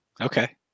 Okay